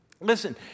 Listen